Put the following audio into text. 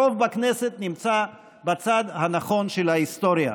הרוב בכנסת נמצא בצד הנכון של ההיסטוריה,